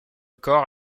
corps